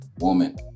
woman